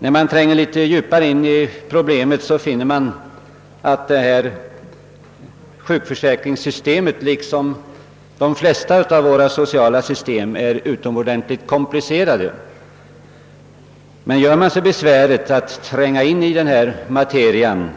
När man tränger något djupare in i problemet finner man dock, att sjukförsäkringssystemet liksom de flesta av våra sociala system är utomordentligt komplicerat. Gör man sig besväret att tränga in i denna materia